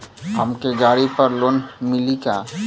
हमके गाड़ी पर लोन मिली का?